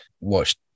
watch